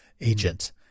agent